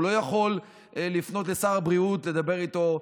הוא לא יכול לפנות לשר הבריאות, לדבר איתו,